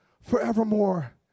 forevermore